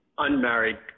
unmarried